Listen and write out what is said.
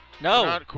No